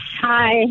hi